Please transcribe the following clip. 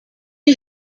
you